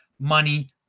money